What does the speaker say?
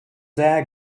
their